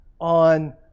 on